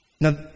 Now